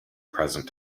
present